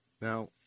Now